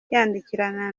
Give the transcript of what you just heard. yandikirana